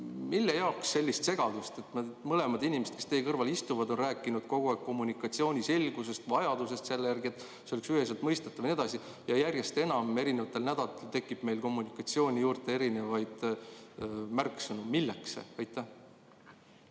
Mille jaoks selline segadus? Mõlemad inimesed, kes teie kõrval istuvad, on rääkinud kogu aeg kommunikatsiooni selgusest ja vajadusest selle järele, et see oleks üheselt mõistetav jne. Ja järjest enam erinevatel nädalatel tekib meil kommunikatsiooni juurde erinevaid märksõnu. Milleks? Priit